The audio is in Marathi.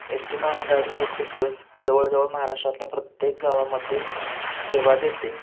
एस टी महामंडळाचे प्रत्येक बस जवळजवळ महाराष्ट्रातल्या प्रत्येक गावामध्ये सेवा देते